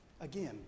Again